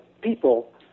people